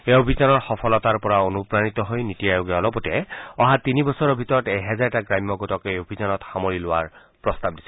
এই অভিযানৰ সফলতাৰ পৰা অনুপ্ৰাণিত হৈ নীতি আয়োগে অলপতে অহা তিনি বছৰৰ ভিতৰত এহেজাৰটা গ্ৰাম্য গোটক এই অভিযানত সামৰি লোৱাৰ প্ৰস্তাৱ দিছে